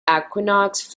equinox